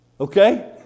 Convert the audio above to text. Okay